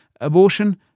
Abortion